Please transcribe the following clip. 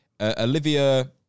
Olivia